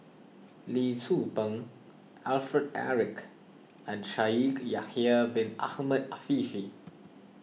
Lee Tzu Pheng Alfred Eric and Shaikh Yahya Bin Ahmed Afifi